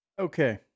Okay